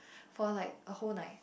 for like a whole night